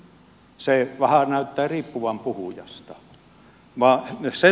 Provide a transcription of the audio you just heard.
se vähän näyttää riippuvan puhujasta